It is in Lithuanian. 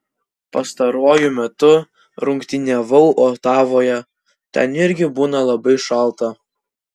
pastaruoju metu rungtyniavau otavoje ten irgi būna labai šalta